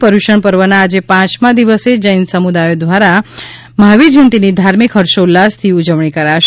પર્યુષણ પર્વના આજે પાંચમાં દિવસે જૈન સમુદાયો ધ્વારા આજે મહાવીર જયંતીની ધાર્મિક હર્ષોલ્લાસથી ઉજવણી કરાશે